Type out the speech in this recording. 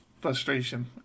frustration